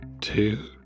two